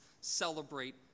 celebrate